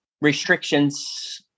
restrictions